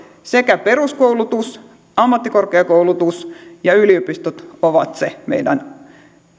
peruskoulutus ammattikorkeakoulutus ja yliopistot ovat se meidän